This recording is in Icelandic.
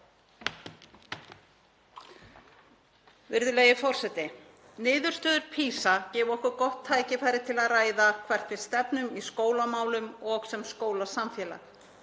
Virðulegi forseti. Niðurstöður PISA gefa okkur gott tækifæri til að ræða hvert við stefnum í skólamálum og sem skólasamfélag.